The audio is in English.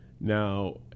Now